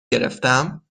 گرفتم